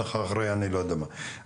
אחרי אני לא יודע כמה זמן.